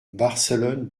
barcelonne